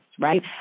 right